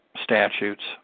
statutes